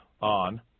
On